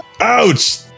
Ouch